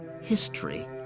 history